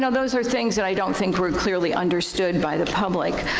those are things that i don't think were clearly understood by the public.